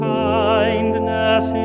kindness